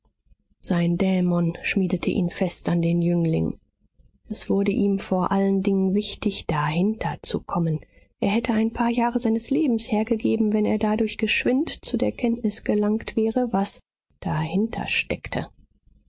sein dämon schmiedete ihn fest an den jüngling es wurde ihm vor allen dingen wichtig dahinterzukommen er hätte ein paar jahre seines lebens hergegeben wenn er dadurch geschwind zu der kenntnis gelangt wäre was dahintersteckte